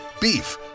Beef